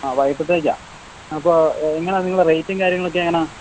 ആ വൈകിട്ടത്തേക്കാണ് അപ്പോൾ എങ്ങനെയാണ് നിങ്ങളുടെ റേറ്റും കാര്യങ്ങളും ഒക്കെ എങ്ങനെയാണ്